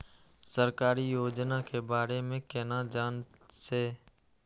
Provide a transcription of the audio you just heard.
सरकारी योजना के बारे में केना जान से?